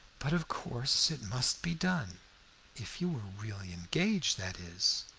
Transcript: but of course it must be done if you were really engaged, that is.